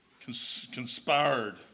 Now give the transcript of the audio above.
conspired